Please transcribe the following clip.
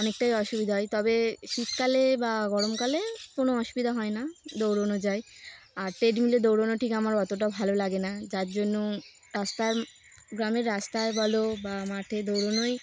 অনেকটাই অসুবিধা হয় তবে শীতকালে বা গরমকালে কোনো অসুবিধা হয় না দৌড়নো যায় আর ট্রেডমিলে দৌড়নো ঠিক আমার অতটা ভালো লাগে না যার জন্য রাস্তার গ্রামের রাস্তায় বলো বা মাঠে দৌড়নোই